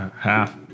half